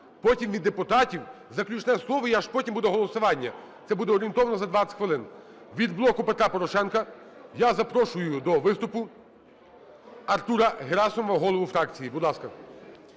потім від депутатів, заключне слово, і аж потім голосування. Це буде орієнтовно за 20 хвилин. Від "Блоку Петра Порошенка" я запрошую до виступу Артура Герасимова, голову фракції. Будь ласка.